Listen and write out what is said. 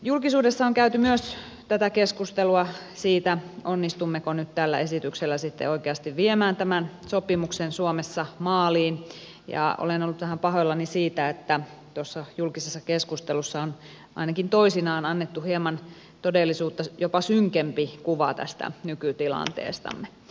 julkisuudessa on käyty myös keskustelua siitä onnistummeko nyt tällä esityksellä sitten oikeasti viemään tämän sopimuksen suomessa maaliin ja olen ollut vähän pahoillani siitä että tuossa julkisessa keskustelussa on ainakin toisinaan annettu hieman jopa todellisuutta synkempi kuva tästä nykytilanteestamme